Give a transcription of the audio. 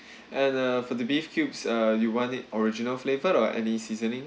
and uh for the beef cubes uh you want it original flavor or any seasoning